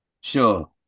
Sure